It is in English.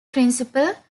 principle